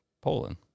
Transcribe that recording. Poland